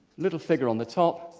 little figure on the top,